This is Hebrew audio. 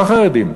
לא חרדים,